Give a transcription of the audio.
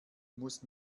muss